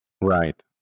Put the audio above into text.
Right